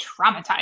traumatized